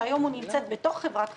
שהיום נמצאת בתוך חברת החשמל,